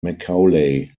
macaulay